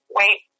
wait